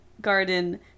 garden